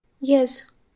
Yes